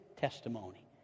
testimony